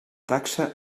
taxa